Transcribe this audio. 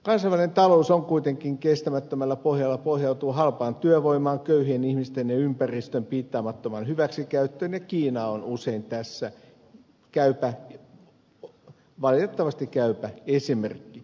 kansainvälinen talous on kuitenkin kestämättömällä pohjalla se pohjautuu halpaan työvoimaan köyhien ihmisten ja ympäristön piittaamattomaan hyväksikäyttöön ja kiina on usein tässä käypä valitettavasti käypä esimerkki